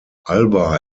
alba